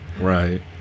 Right